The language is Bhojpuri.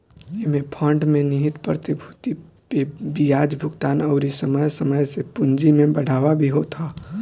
एमे फंड में निहित प्रतिभूति पे बियाज भुगतान अउरी समय समय से पूंजी में बढ़ावा भी होत ह